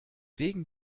wegen